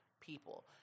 people